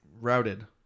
Routed